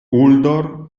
uldor